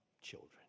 children